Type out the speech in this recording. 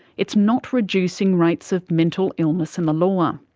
it's not reducing rates of mental illness in the law. um